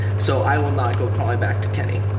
so i will not go crawling back to kenny.